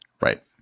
Right